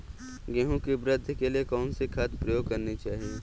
गेहूँ की वृद्धि के लिए कौनसी खाद प्रयोग करनी चाहिए?